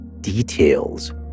details